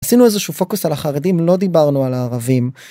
עשינו איזשהו פוקוס על החרדים, לא דיברנו על הערבים.